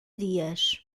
dias